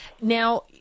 Now